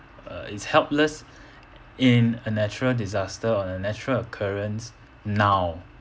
uh is helpless in a natural disaster or a natural occurrence now